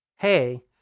Hey